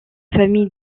famille